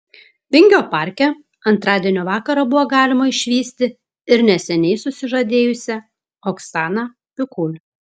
vingio parke antradienio vakarą buvo galima išvysti ir neseniai susižadėjusią oksaną pikul